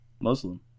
Muslim